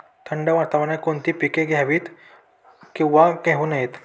थंड वातावरणात कोणती पिके घ्यावीत? किंवा घेऊ नयेत?